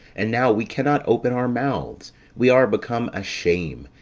and now we cannot open our mouths we are become a shame,